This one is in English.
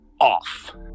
off